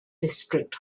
district